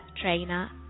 trainer